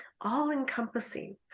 all-encompassing